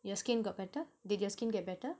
your skin got better did your skin get better